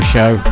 show